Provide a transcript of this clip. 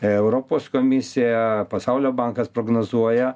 europos komisija pasaulio bankas prognozuoja